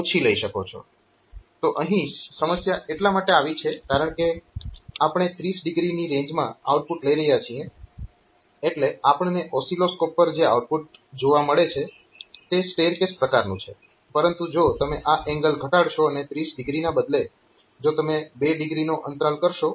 તો અહીં સમસ્યા એટલા માટે આવી છે કારણકે આપણે 30o ની રેન્જમાં આઉટપુટ લઈ રહ્યા છીએ એટલે આપણને ઓસિલોસ્કોપ પર જે આઉટપુટ જોવા મળે છે તે સ્ટેયરકેસ પ્રકારનું છે પરંતુ જો તમે આ એંગલ ઘટાડશો અને 30o ને બદલે જો તમે 2o નો અંતરાલ કરશો